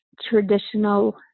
traditional